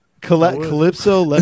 Calypso